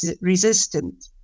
resistant